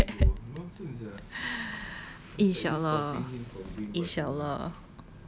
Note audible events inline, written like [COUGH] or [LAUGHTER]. [LAUGHS] inshaallah inshaallah